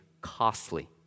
costly